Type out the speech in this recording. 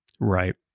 Right